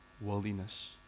worldliness